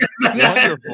wonderful